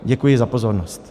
Děkuji za pozornost.